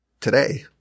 today